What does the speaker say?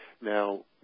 now